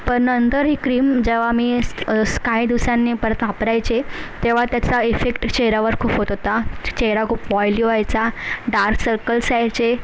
पण नंतर ही क्रीम जेव्हा मी काही दिवसांनी परत वापरायचे तेव्हा त्याचा इफेक्ट चेहऱ्यावर खूप होत होता चेहरा खूप ऑईली व्हायचा डार्क सर्कल्स यायचे